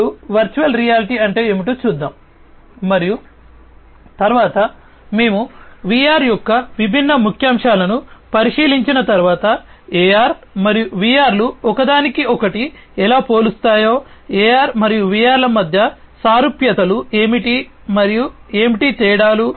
ఇప్పుడు VR అంటే ఏమిటో చూద్దాం మరియు తరువాత మేము VR యొక్క విభిన్న ముఖ్యాంశాలను పరిశీలించిన తరువాత AR మరియు VR లు ఒకదానికొకటి ఎలా పోలుస్తాయో AR మరియు VR ల మధ్య సారూప్యతలు ఏమిటి మరియు ఏమిటి తేడాలు